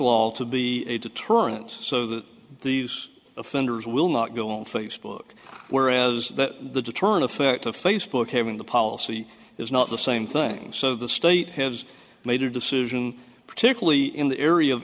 law to be a deterrent so that these offenders will not go on facebook whereas the detroit effect of facebook having the policy is not the same thing so the state has made a decision particularly in the area of